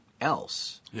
else